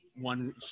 one